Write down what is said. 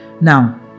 Now